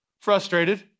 frustrated